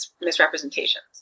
Misrepresentations